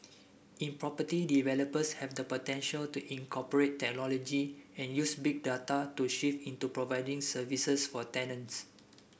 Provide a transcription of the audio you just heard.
in property developers have the potential to incorporate technology and use Big Data to shift into providing services for tenants